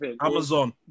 Amazon